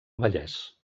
vallès